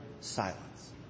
silence